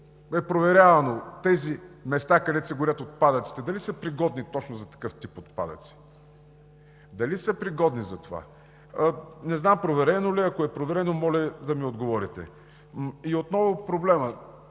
проверявано ли е тези места, където се горят отпадъците, дали са пригодни точно за такъв тип отпадъци, дали са пригодни за това? Не знам, проверено ли е? Ако е проверено, моля да ми отговорите. И отново проблемът,